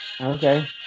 Okay